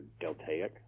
deltaic